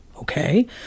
Okay